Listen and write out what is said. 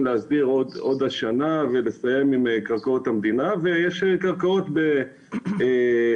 להסדיר עוד השנה ולסיים עם קרקעות המדינה ויש קרקעות בגבול,